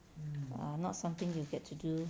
err not something you get to do